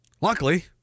Luckily